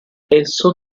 esso